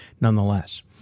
nonetheless